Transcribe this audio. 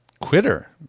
Quitter